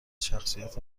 شخصیت